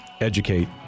educate